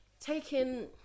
taking